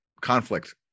conflict